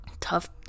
Tough